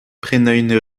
prenañ